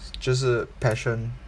就是 passion